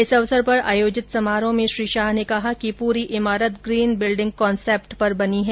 इस अवसर पर आयोजित समारोह में श्री शाह ने कहा कि पूरी इमारत ग्रीन बिल्डिंग कॉन्सेप्ट पर बनी है